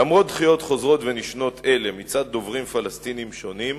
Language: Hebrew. למרות דחיות חוזרות ונשנות אלה מצד דוברים פלסטינים שונים,